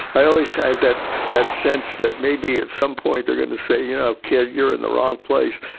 i always had that, that sense that maybe at some point, they're going to say, you know, kid, you're in the wrong place.